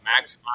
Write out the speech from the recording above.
maximize